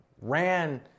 ran